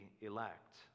elect